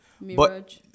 Mirage